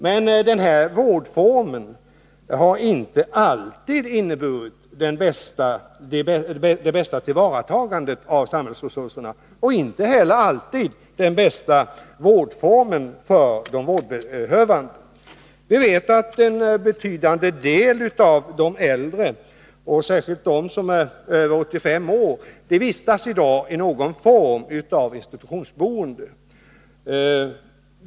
Men denna vårdform har inte alltid inneburit det bästa tillvaratagandet av samhällsresurserna, och som vårdform har den inte heller alltid varit den bästa för de vårdbehövande. Vi vet att en betydande del av de äldre — särskilt de som är över 85 år — i dag vistas i någon form av institutionsboende.